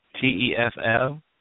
T-E-F-L